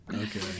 Okay